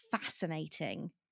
fascinating